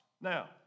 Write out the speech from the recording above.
Now